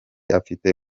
afite